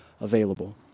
available